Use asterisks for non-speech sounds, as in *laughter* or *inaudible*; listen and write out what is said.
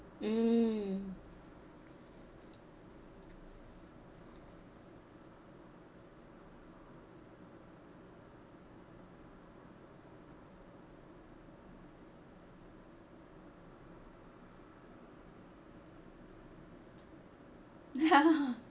mm *laughs*